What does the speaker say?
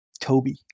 Toby